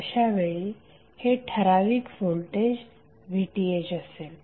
अशा वेळी हे ठराविक व्होल्टेजVThअसेल